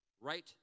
Right